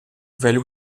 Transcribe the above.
velho